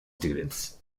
students